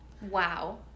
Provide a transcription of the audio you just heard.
Wow